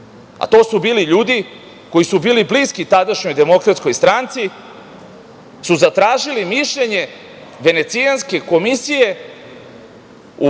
a to su bili ljudi koji su bili bliski tadašnjoj Demokratskoj stranci, zatražili su mišljenje Venecijanske komisije,